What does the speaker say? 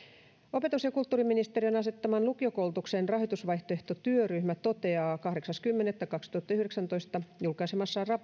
opetus ja kulttuuriministeriön asettama lukiokoulutuksen rahoitusvaihtoehtotyöryhmä toteaa kahdeksas kymmenettä kaksituhattayhdeksäntoista julkaisemassaan raportissa